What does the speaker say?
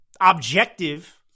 objective